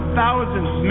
thousands